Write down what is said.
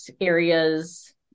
areas